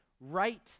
right